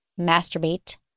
masturbate